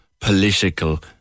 political